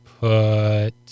put